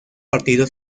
partido